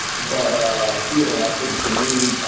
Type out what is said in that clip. but, you know, i think for me,